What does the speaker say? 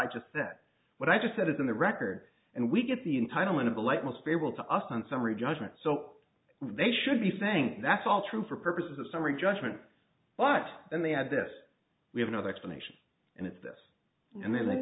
what i just said is on the record and we get the entitlement of the light most favorable to us on summary judgment so they should be saying that's all true for purposes of summary judgment but then they add this we have another explanation and it's this and then